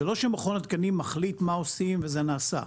זה לא שמכון התקנים מחליט מה עושים וזה נעשה.